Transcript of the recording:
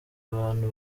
abantu